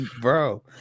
bro